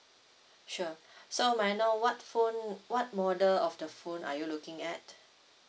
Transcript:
sure so may I know what phone what model of the phone are you looking at